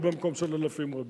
לא במקום של אלפים רבים.